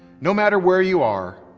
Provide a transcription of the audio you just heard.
no matter where you are,